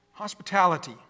Hospitality